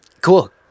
Cool